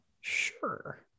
Sure